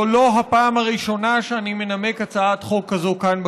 זו לא הפעם הראשונה שאני מנמק הצעת חוק כזו כאן,